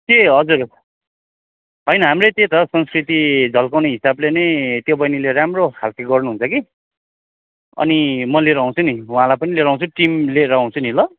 ए हजुर होइन हाम्रै त्यही त संस्कृति झल्काउने हिसाबले नै त्यो बहिनीले राम्रो खालको गर्नु हुन्छ कि अनि म लिएर आउँछु नि उहाँलाई पनि लिएरआउँछु टिम लिएर आउँछु नि ल